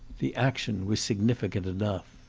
the action was significant enough.